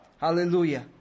Hallelujah